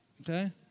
Okay